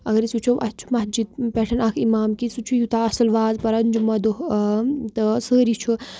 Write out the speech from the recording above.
اگر أسۍ وٕچھو اَسہِ چھُ مَسجِد پٮ۪ٹھ اَکھ اِمام کہِ سُہ چھِ یوٗتاہ اَصٕل واز پَران جُمعہ دۄہ تہٕ سٲری چھُ